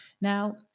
Now